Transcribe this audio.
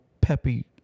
peppy